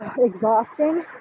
exhausting